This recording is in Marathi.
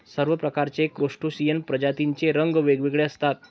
सर्व प्रकारच्या क्रस्टेशियन प्रजातींचे रंग वेगवेगळे असतात